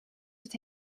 het